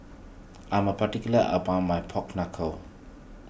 I'm particular about my Pork Knuckle